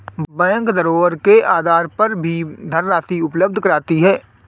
bank धरोहर के आधार पर भी धनराशि उपलब्ध कराती है